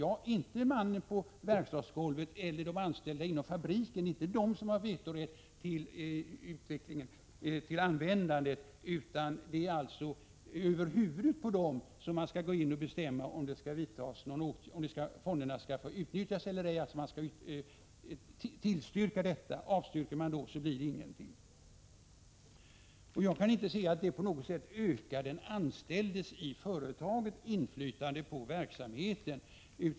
Ja, det är inte mannen på verkstadsgolvet eller de anställda inom fabriken över huvud taget som har vetorätt mot användandet av förnyelsefonderna, utan det beslutas över huvudet på dem om fonderna skall få utnyttjas eller ej. Jag kan inte inse att detta på något sätt ökar den anställdes inflytande på verksamheten i företaget.